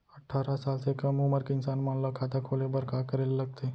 अट्ठारह साल से कम उमर के इंसान मन ला खाता खोले बर का करे ला लगथे?